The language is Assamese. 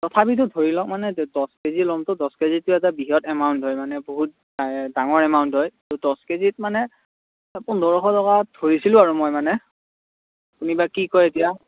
তথাপিটো ধৰি লওঁক মানে দহ কে জি ল'মটো দহ কে জিটো এটা বৃহৎ এমাউণ্ট হয় মানে বহুত ডা ডাঙৰ এমাউণ্ট হয় ত' দহ কে জিত মানে পোন্ধৰশ টকাত ধৰিছিলোঁ আৰু মই মানে আপুনি বা কি কয় এতিয়া